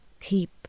keep